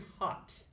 hot